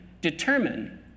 determine